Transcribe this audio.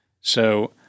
So-